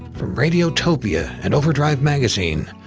from radiotopia and overdrive magazine,